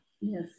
Yes